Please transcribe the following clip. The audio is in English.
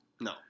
No